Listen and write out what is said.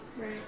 Right